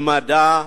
למדע,